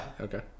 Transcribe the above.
Okay